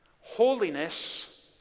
Holiness